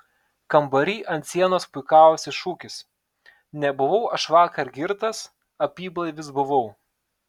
kambary ant sienos puikavosi šūkis nebuvau aš vakar girtas apyblaivis buvau